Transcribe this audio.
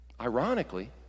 ironically